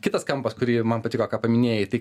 kitas kampas kurį man patiko ką paminėjai tai